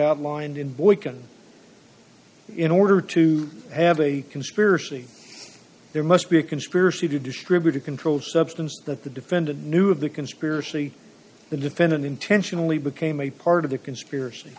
outlined in boy can in order to have a conspiracy there must be a conspiracy to distribute a controlled substance that the defendant knew of the conspiracy the defendant intentionally became a part of the conspiracy